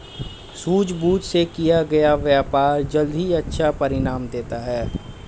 सूझबूझ से किया गया व्यापार जल्द ही अच्छा परिणाम देता है